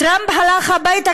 טראמפ הלך הביתה,